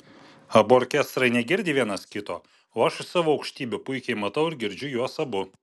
abu orkestrai negirdi vienas kito o aš iš savo aukštybių puikiai matau ir girdžiu juos abu